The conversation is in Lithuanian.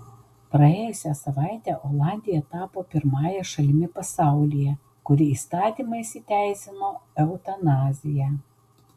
praėjusią savaitę olandija tapo pirmąja šalimi pasaulyje kuri įstatymais įteisino eutanaziją